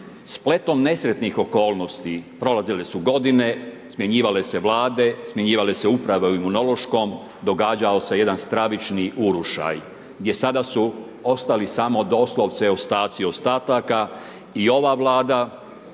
Spletom nesretnih okolnosti, prolazile su godine, smjenjivale se Vlade, smjenjivale se uprave u Imunološkom, događao se jedan stravični urušaj gdje sada su ostali samo doslovce ostaci ostataka i ova Vlada